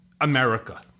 America